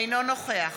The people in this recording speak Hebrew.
אינו נוכח